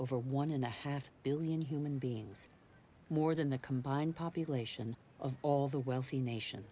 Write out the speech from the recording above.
over one and a half billion human beings more than the combined population of all the wealthy nation